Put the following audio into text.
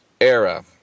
era